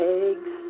eggs